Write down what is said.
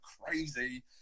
crazy